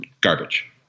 garbage